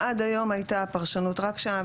עד היום הייתה פרשנות רק שם,